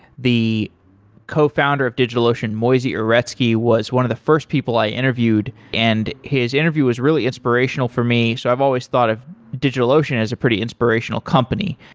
the cofounder of digitalocean, moisey uretsky, was one of the first people i interviewed, and his interview was really inspirational for me. so i've always thought of digitalocean as a pretty inspirational company.